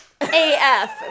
AF